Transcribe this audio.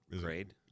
Grade